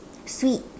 sweet